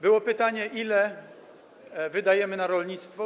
Było pytanie, ile wydajemy na rolnictwo.